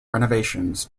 renovations